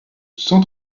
cent